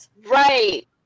right